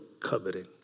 coveting